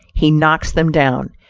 he knocks them down,